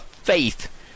faith